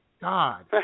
God